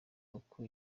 uko